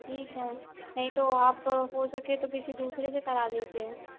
ठीक है नहीं तो आप हो सके तो किसी दूसरे से करा लीजिए